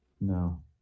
No